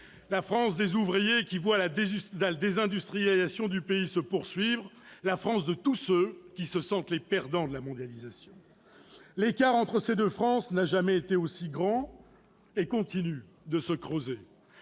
celle des ouvriers qui voient la désindustrialisation se poursuivre, La France de tous ceux qui se sentent les perdants de la mondialisation. L'écart entre ces deux France n'a jamais été aussi grand et continue de se creuser.